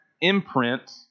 imprint